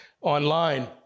online